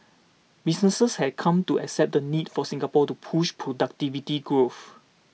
businesses have come to accept the need for Singapore to push productivity growth